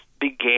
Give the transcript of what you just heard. began